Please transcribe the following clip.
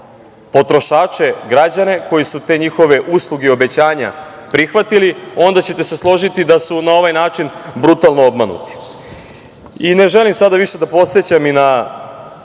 potrošače, građane koji su te njihove usluge i obećanja prihvatili, onda ćete se složiti da su na ovaj način brutalno obmanuti. Ne želim sada više da podsećam i na